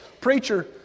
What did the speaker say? preacher